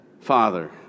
Father